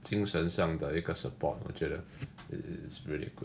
精神上的一个 support 我觉得 it it it's really good